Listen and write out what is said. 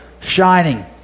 shining